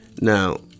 now